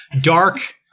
dark